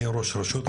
אני ראש ראשון,